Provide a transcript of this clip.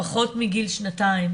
פחות מגיל שנתיים,